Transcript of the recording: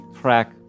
track